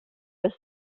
was